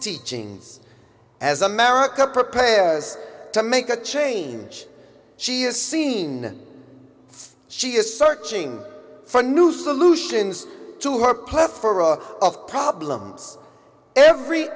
teachings as america prepares to make a change she has seen she is searching for new solutions to her plan for of problems every